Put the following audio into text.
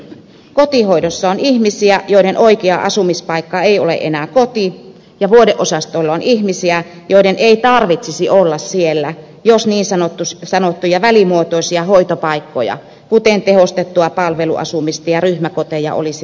kotihoidossa on ihmisiä joiden oikea asumispaikka ei ole enää koti ja vuodeosastoilla on ihmisiä joiden ei tarvitsisi olla siellä jos niin sanottuja välimuotoisia hoitopaikkoja kuten tehostettua palveluasumista ja ryhmäkoteja olisi riittävästi